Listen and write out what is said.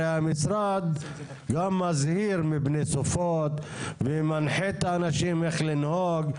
הרי המשרד גם מזהיר מפני סופות ומנחה את האנשים איך לנהוג.